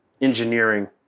engineering